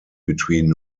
between